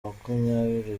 makumyabiri